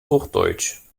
hochdeutsch